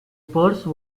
purse